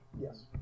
Yes